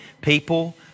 people